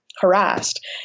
harassed